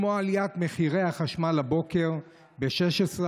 כמו עם עליית מחירי החשמל הבוקר ב-16%,